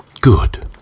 Good